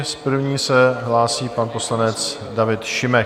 S první se hlásí pan poslanec David Šimek.